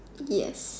yes